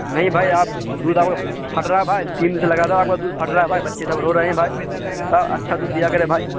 نہیں بھائی آپ دودھ آپ کا پھٹ رہا ہے بھائی تین دن سے لگاتار آپ کا دودھ پھٹ رہا ہے بھائی بچے سب رو رہے ہیں بھائی بتاؤ اچھا دودھ دیا کرے بھائی